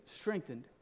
strengthened